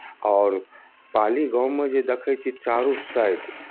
आओर पाली गाममे जे देखैत छियै चारू साइड